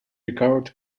recovered